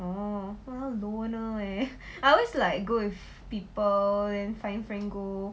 orh !walao! loner leh I always like good with people and find friend go